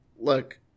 look